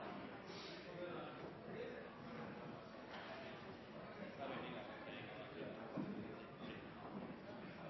eller i